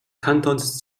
kantons